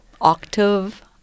octave